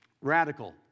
radical